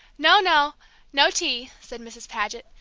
no, no no tea! said mrs. paget,